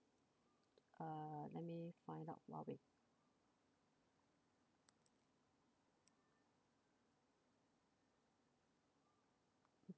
uh let me find out huawei